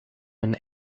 and